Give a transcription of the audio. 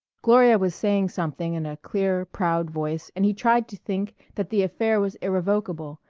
gloria was saying something in a clear proud voice and he tried to think that the affair was irrevocable,